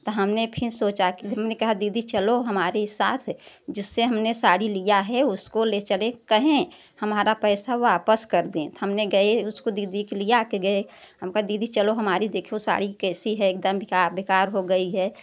तो हमने फ़िर सोचा कि हमने कहा दीदी चलो हमारे साथ जिससे हमने साड़ी लिया है उसको ले चले कहें हमारा पैसा वापस कर दें तो हमने गए उसको दीदी के लिया के गए हम कहा दीदी चलो हमारी देखो साड़ी कैसी है एकदम बिकार बेकार हो गई है